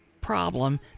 problem